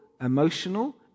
emotional